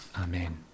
Amen